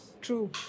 True